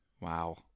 Wow